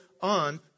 on